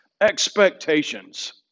expectations